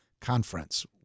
conference